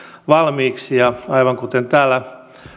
valmiiksi ja aivan kuten täällä